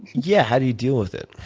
yeah, how do you deal with it?